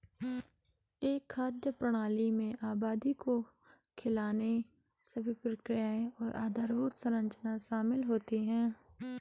एक खाद्य प्रणाली में आबादी को खिलाने सभी प्रक्रियाएं और आधारभूत संरचना शामिल होती है